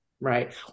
Right